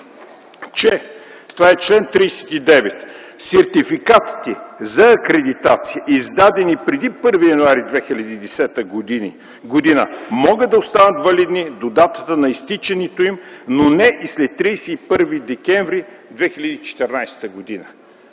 че в чл. 39 „Сертификатите за акредитация, издадени преди 1 януари 2010 г., могат да останат валидни до датата на изтичането им, но не и след 31 декември 2014 г.”